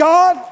God